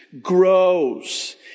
grows